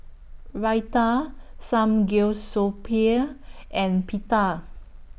Raita and Pita